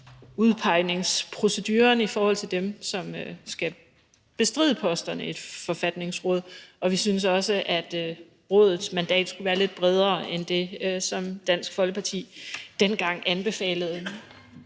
udpegningsproceduren for dem, som skal bestride posterne i et forfatningsråd, og vi synes også, at rådets mandat skulle være lidt bredere end det, som Dansk Folkeparti dengang anbefalede.